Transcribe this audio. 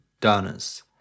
donors